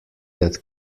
that